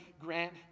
Grant